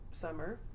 summer